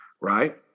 Right